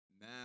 now